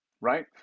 right